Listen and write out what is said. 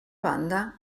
banda